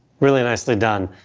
really nicely done.